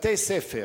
בתי-ספר.